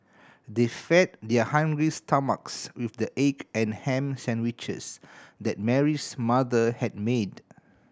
they fed their hungry stomachs with the egg and ham sandwiches that Mary's mother had made